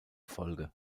folge